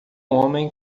homem